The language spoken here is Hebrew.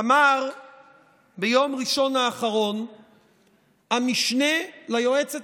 אמר ביום ראשון האחרון המשנה ליועצת